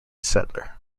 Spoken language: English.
settler